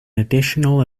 additional